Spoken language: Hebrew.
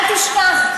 אל תשכח,